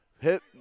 Hit